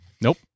Nope